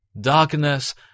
Darkness